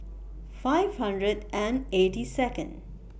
five hundred and eighty Second